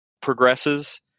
progresses